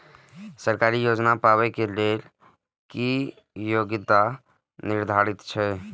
सरकारी योजना पाबे के लेल कि योग्यता निर्धारित छै?